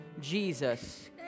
Jesus